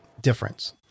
difference